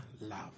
Love